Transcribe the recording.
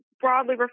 broadly